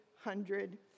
hundred